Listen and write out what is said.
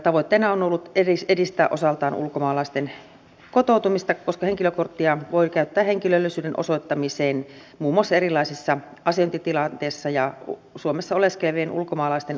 tavoitteena on ollut edistää osaltaan ulkomaalaisten kotoutumista koska henkilökorttia voi käyttää henkilöllisyyden osoittamiseen muun muassa erilaisissa asiointitilanteissa ja suomessa oleskelevien ulkomaalaisten asiointi helpottuu